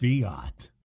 Fiat